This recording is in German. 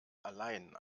allein